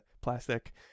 plastic